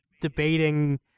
debating